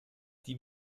die